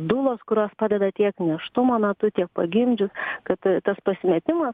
dulos kurios padeda tiek nėštumo metu tiek pagimdžius kad tas pasimetimas